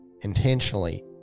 Intentionally